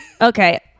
Okay